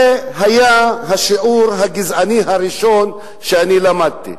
זה היה השיעור הגזעני הראשון שלמדתי.